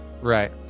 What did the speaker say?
right